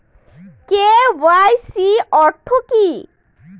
KYC অর্থ কি?